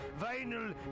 vinyl